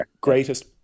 greatest